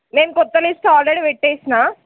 నేను కొత్త list order వెట్టేసినా